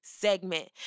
segment